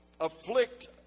afflict